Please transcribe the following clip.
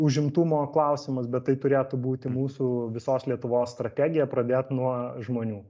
užimtumo klausimas bet tai turėtų būti mūsų visos lietuvos strategija pradėt nuo žmonių